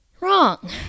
Wrong